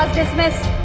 dismissed.